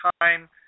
time